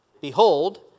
Behold